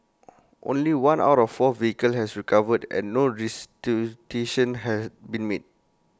only one out of four vehicles has recovered and no had been made